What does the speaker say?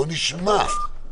בואו נשמע אותם.